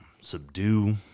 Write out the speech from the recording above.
subdue